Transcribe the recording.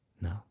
No